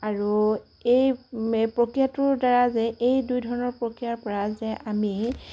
আৰু এই এই প্ৰক্ৰিয়াটোৰ দ্বাৰা যে এই দুই ধৰণৰ প্ৰক্ৰিয়া পৰা যে আমি